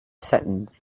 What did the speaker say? sentence